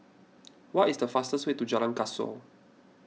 what is the fastest way to Jalan Kasau